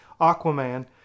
Aquaman